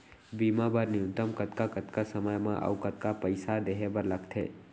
बीमा बर न्यूनतम कतका कतका समय मा अऊ कतका पइसा देहे बर लगथे